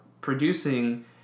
producing